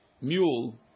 mule